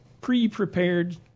pre-prepared